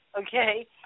okay